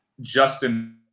Justin